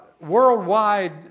worldwide